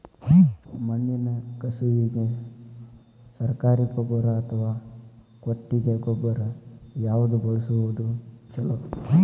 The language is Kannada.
ಮಣ್ಣಿನ ಕಸುವಿಗೆ ಸರಕಾರಿ ಗೊಬ್ಬರ ಅಥವಾ ಕೊಟ್ಟಿಗೆ ಗೊಬ್ಬರ ಯಾವ್ದು ಬಳಸುವುದು ಛಲೋ?